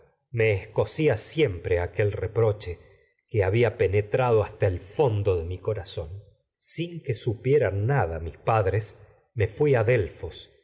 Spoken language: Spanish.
me escocía siempre aquel repro che sin que que había penetrado hasta el fondo de mi corazón supieran me nada mis sin padres creerme me fui a delfos